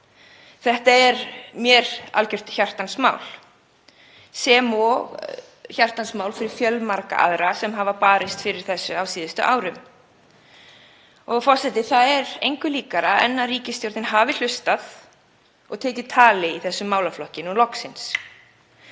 Þetta er mér algert hjartans mál og þetta er hjartans mál fyrir fjölmarga aðra sem hafa barist fyrir þessu á síðustu árum. Og, frú forseti, það er engu líkara en að ríkisstjórnin hafi hlustað og tekið tiltali í þessum málaflokki, loksins.